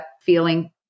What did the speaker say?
feeling